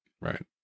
right